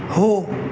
हो